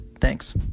Thanks